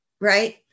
Right